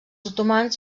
otomans